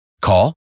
Call